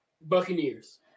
Buccaneers